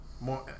more